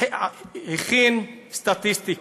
הוא הכין סטטיסטיקה,